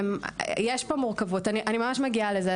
יש פה מורכבות ואני ממש מגיעה לזה.